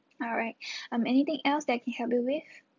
alright um anything else that I can help you with